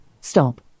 stop